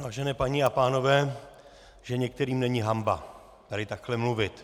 Vážené paní a pánové, že některým není hanba tady takhle mluvit!